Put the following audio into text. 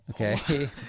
Okay